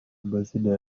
amazina